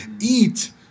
eat